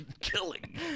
killing